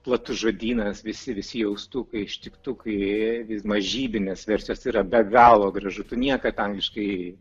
platus žodynas visi visi jaustukai ištiktukai mažybinės versijos yra be galo gražu tu niekad angliškai